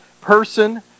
person